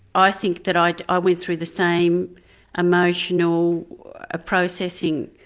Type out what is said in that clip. i think that i i went through the same emotional ah processing,